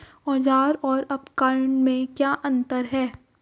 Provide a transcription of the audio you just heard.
औज़ार और उपकरण में क्या अंतर है?